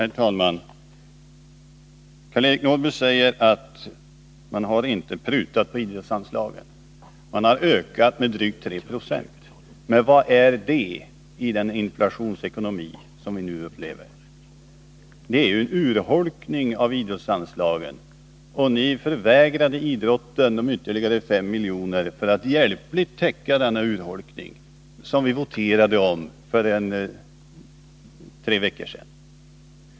Herr talman! Karl-Eric Norrby säger att man inte har prutat på idrottsanslagen utan att man har ökat dem med drygt 3 96. Men vad är det i den inflationsekonomi som vi nu upplever? Det är ju en urholkning av idrottsanslagen, och ni förvägrade idrotten de ytterligare 5 milj.kr. för att hjälpligt täcka denna urholkning som vi voterade om för tre veckor sedan.